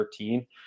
13